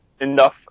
enough